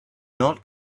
not